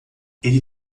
ele